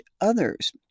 others